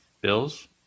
Bills